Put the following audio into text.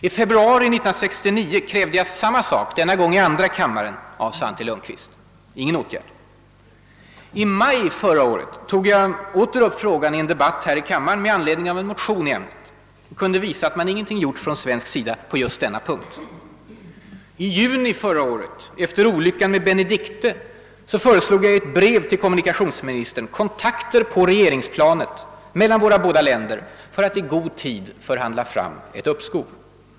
I februari 1969 krävde jag samma sak, denna gång i andra kammaren, av Svante Lundkvist. Ingen åtgärd. I maj förra året tog jag åter upp frågan i en debatt här i kammaren med anledning av en motion i ämnet och kunde visa att man ingenting gjort från svensk sida på just denna punkt. I juni förra året efter olyckan med »Benedichte» föreslog jag i ett brev till kommunikationsministern kontakter på regeringsplanet mellan våra båda länder för att i god tid förhandla fram ett uppskov.